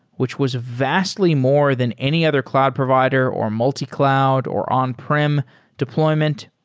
which was vastly more than any other cloud provider, or multi-cloud, or on-prem deployment.